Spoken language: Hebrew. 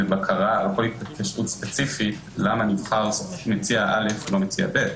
בבקרה על כל התקשרות ספציפית למה נבחר בסוף מציע א' ולא מציע ב'.